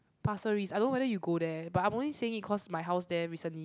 Pasir-Ris I don't know whether you go there but I'm only saying it cause my house there recently